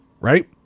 right